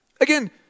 Again